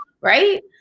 Right